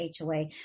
HOA